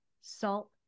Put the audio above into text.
salt